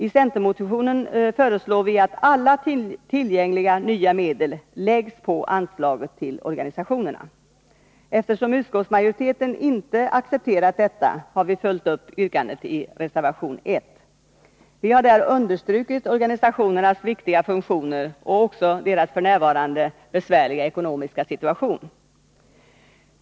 I centermotionen föreslår vi att alla tillgängliga nya medel läggs på anslaget till organisationerna. Eftersom utskottsmajoriteten inte accepterat detta, har vi följt upp yrkandet i reservation 1. Vi har där understrukit organisationernas viktiga funktioner och också deras f. n. besvärliga ekonomiska situation.